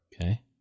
Okay